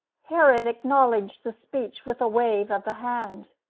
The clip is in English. herod acknowledged the speech with a wave of the hand.